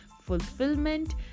fulfillment